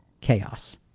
chaos